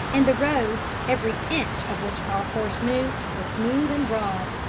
and the road, every inch of which our horse knew, was smooth and broad.